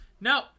No